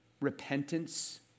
repentance